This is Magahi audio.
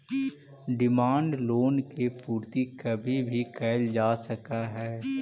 डिमांड लोन के पूर्ति कभी भी कैल जा सकऽ हई